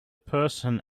person